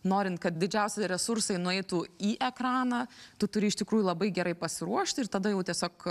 norint kad didžiausi resursai nueitų į ekraną tu turi iš tikrųjų labai gerai pasiruošti ir tada jau tiesiog